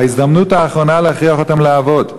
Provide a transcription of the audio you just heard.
ההזדמנות האחרונה להכריח אותם לעבוד.